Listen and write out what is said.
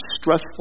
stressful